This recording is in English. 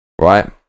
right